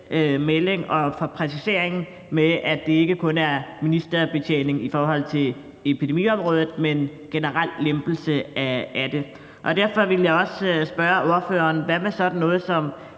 melding og for præciseringen med, at det ikke kun er ministerbetjening i forhold til epidemiområdet, men en generel lempelse af det. Derfor vil jeg også spørge ordføreren: Hvad med sådan noget som